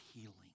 healing